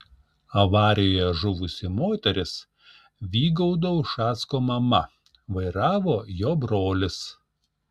avarijoje žuvusi moteris vygaudo ušacko mama vairavo jo brolis